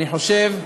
אני חושב,